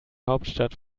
hauptstadt